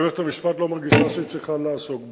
שמערכת המשפט לא מרגישה שהיא צריכה לעסוק בהם,